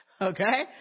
Okay